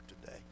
today